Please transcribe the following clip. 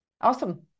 Awesome